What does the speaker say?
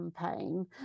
campaign